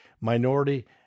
Minority